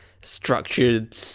structured